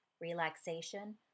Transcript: relaxation